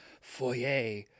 foyer